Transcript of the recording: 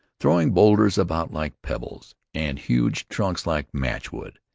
throwing boulders about like pebbles, and huge trunks like matchwood,